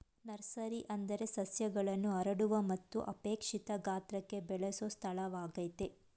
nursery ಅಂದ್ರೆ ಸಸ್ಯಗಳನ್ನು ಹರಡುವ ಮತ್ತು ಅಪೇಕ್ಷಿತ ಗಾತ್ರಕ್ಕೆ ಬೆಳೆಸೊ ಸ್ಥಳವಾಗಯ್ತೆ